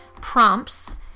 prompts